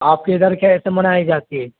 آپ کے ادھر کیسے منائی جاتی ہے